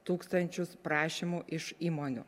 tūkstančius prašymų iš įmonių